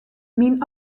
myn